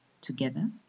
together